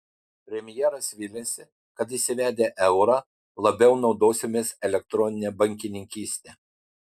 premjeras viliasi kad įsivedę eurą labiau naudosimės elektronine bankininkyste